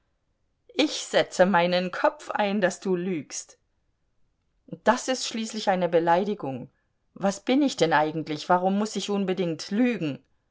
ich setze meinen kopf ein daß du lügst das ist schließlich eine beleidigung was bin ich denn eigentlich warum muß ich unbedingt lügen